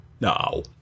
no